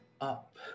up